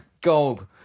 gold